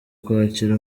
kwakira